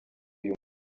uyu